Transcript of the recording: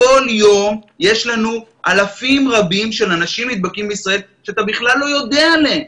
כל יום יש לנו אלפים רבים של אנשים שנדבקים שאתה בכלל לא יודע עליהם.